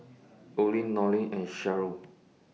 Olin Lonnie and Sheryll